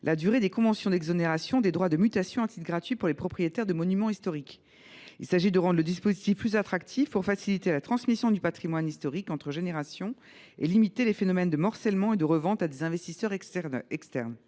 la durée des conventions d’exonération des droits de mutation à titre gratuit pour les propriétaires de monuments historiques, afin de rendre plus attractif ce dispositif qui permet de faciliter la transmission du patrimoine historique entre générations et de limiter les phénomènes de morcellement et de revente à des investisseurs externes.